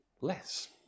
less